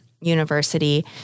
University